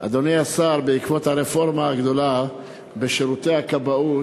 אדוני השר, בעקבות הרפורמה הגדולה בשירותי הכבאות,